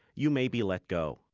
you may be let go.